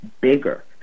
bigger